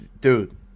dude